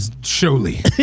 Surely